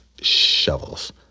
shovels